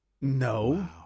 no